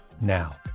now